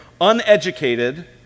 uneducated